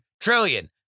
trillion